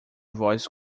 voz